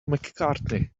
mccartney